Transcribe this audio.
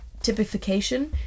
typification